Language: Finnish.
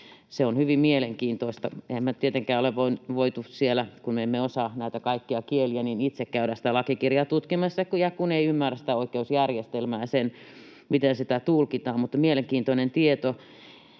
se on hyvin mielenkiintoista. Emmehän me tietenkään ole voineet, kun me emme osaa näitä kaikkia kieliä, itse käydä sitä lakikirjaa tutkimassa, ja kun ei ymmärrä sitä oikeusjärjestelmää, miten sitä tulkitaan. Mutta mielenkiintoinen tieto.